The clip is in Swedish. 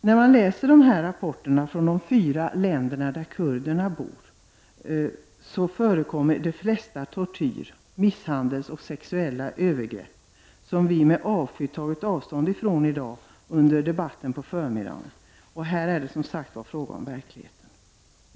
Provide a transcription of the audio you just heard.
När man läser rapporterna från de fyra länder där kurderna bor ser man att det i de flesta av länderna förekommer tortyr, misshandel och sexuella övergrepp. Sådant har vi med avsky tagit avstånd från i dag under debatten på förmiddagen. Här är det som sagt fråga om verkligheten.